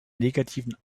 negativen